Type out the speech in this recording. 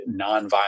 nonviolent